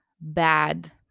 bad